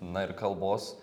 na ir kalbos